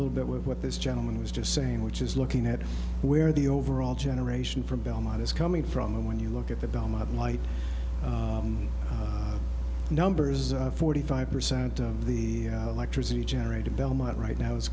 little bit with what this gentleman was just saying which is looking at where the overall generation from belmont is coming from and when you look at the dome of light numbers forty five percent of the electricity generated belmont right now is